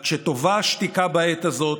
רק שטובה השתיקה בעת הזאת,